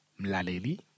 Mlaleli